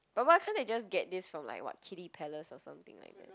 but why can't they just get this from like what Kiddy-Palace or something like that